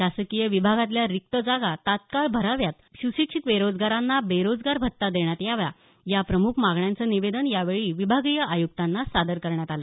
शासकीय विभागातल्या रिक्त जागा तत्काळ भराव्यात सुशिक्षित बेरोजगारांना बेरोजगार भत्ता देण्यात यावा याप्रमुख मागण्यांचं निवेदन यावेळी विभागीय आयुक्तांना सादर करण्यात आलं